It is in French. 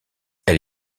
elle